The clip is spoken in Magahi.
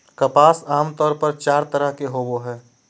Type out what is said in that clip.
कपास आमतौर पर चार तरह के होवो हय